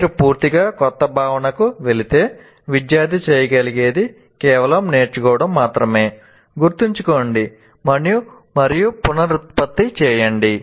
మీరు పూర్తిగా క్రొత్త భావనకు వెళితే విద్యార్థి చేయగలిగేది కేవలం నేర్చుకోవడం మాత్రమే గుర్తుంచుకోండి మరియు పునరుత్పత్తి చేయండి